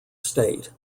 state